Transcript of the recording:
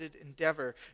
endeavor